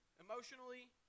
emotionally